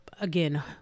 again